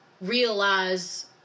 realize